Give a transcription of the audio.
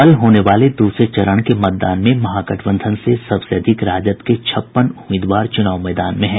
कल होने वाले द्रसरे चरण के मतदान में महागठबंधन से सबसे अधिक राजद के छप्पन उम्मीदवार चूनाव मैदान में हैं